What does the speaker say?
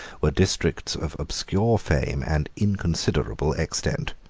were districts of obscure fame and inconsiderable extent